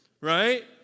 right